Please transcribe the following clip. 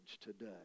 today